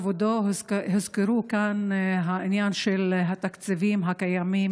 כבודו: הוזכר כאן העניין של התקציבים הקיימים